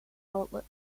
gauntlet